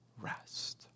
rest